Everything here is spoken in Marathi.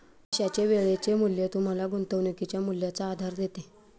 पैशाचे वेळेचे मूल्य तुम्हाला गुंतवणुकीच्या मूल्याचा आधार देते